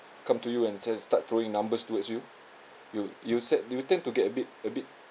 come to you and just start throwing numbers towards you you you said you tend to get a bit a bit